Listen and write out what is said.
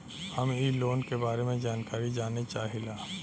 हम इ लोन के बारे मे जानकारी जाने चाहीला?